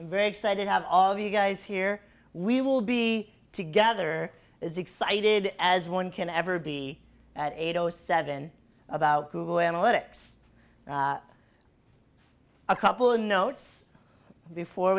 i'm very excited have all of you guys here we will be together as excited as one can ever be at eight o seven about google analytics a couple of notes before